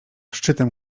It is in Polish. szczytem